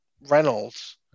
Reynolds